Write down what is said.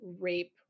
rape